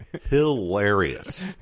hilarious